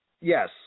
Yes